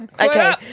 Okay